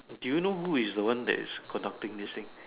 do you know who is the one that is conducting this thing